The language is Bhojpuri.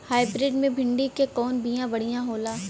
हाइब्रिड मे भिंडी क कवन बिया बढ़ियां होला?